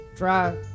Try